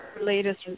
latest